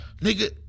Nigga